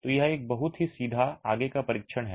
तो यह एक बहुत ही सीधा आगे का परीक्षण है